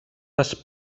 les